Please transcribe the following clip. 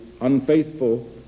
unfaithful